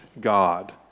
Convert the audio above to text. God